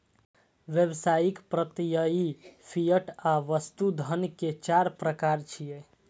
व्यावसायिक, प्रत्ययी, फिएट आ वस्तु धन के चार प्रकार छियै